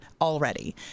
already